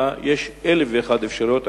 אלא יש אלף ואחת אפשרויות.